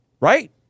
right